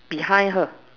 behind her